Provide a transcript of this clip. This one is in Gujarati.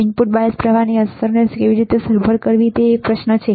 ઇનપુટ બાયસ પ્રવાહની અસરને કેવી રીતે સરભર કરવી તે એક પ્રશ્ન છે